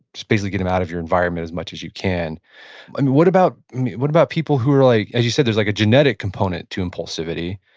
just basically get them out of your environment as much as you can what about what about people who are like, as you said, there's like, a genetic component to impulsivity.